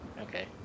Okay